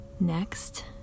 Next